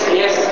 yes